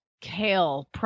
Kale